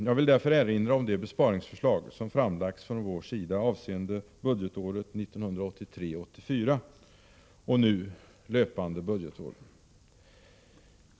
Jag vill därför erinra om de besparingsförslag som framlagts från vår sida avseende budgetåret 1983/84 och nu löpande budgetår.